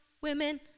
women